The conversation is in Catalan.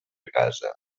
casa